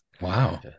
Wow